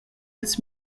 ils